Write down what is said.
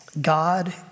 God